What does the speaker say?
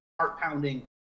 heart-pounding